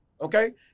Okay